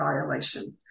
violation